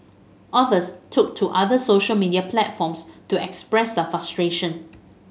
others took to other social media platforms to express their frustration